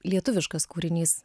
lietuviškas kūrinys